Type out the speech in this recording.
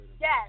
Yes